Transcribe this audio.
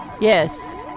Yes